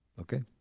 Okay